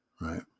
right